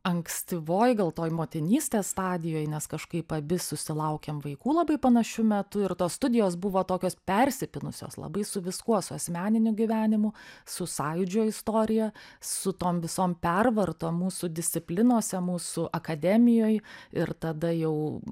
ankstyvoj gal toj motinystės stadijoj nes kažkaip abi susilaukėm vaikų labai panašiu metu ir tos studijos buvo tokios persipynusios labai su viskuo su asmeniniu gyvenimu su sąjūdžio istorija su tom visom pervartom mūsų disciplinose mūsų akademijoj ir tada jau